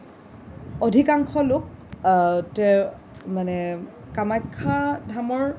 অধিকাংশ লোক মানে কামাখ্যা ধামৰ